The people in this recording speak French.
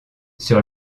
sur